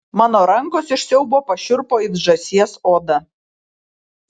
mano rankos iš siaubo pašiurpo it žąsies oda